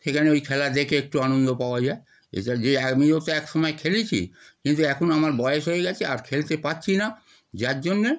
সেখানে ওই খেলা দেখে একটু আনন্দ পাওয়া যায় এছাড়া যে এ আমিও তো এক সময় খেলেছি কিন্তু এখন আমার বয়স হয়ে গিয়েছে আর খেলতে পারছি না যার জন্যে